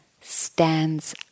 stands